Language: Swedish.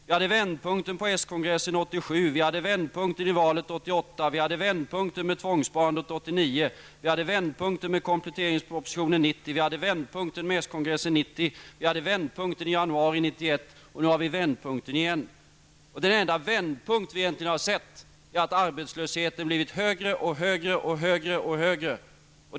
Vi hade vändpunkten på s-kongressen 1987, vändpunkten i valet 1988, vändpunkten med tvångssparandet 1989, vändpunkten med kompletteringspropositionen 1990, vändpunkten med s-kongressen 1990, vändpunkten i januari 1991 och nu har vi en vändpunkt igen. Den enda vändpunkt som vi egentligen har sett är det faktum att arbetslösheten bara har blivit högre. Arbetslösheten har blivit högre och högre och högre och högre.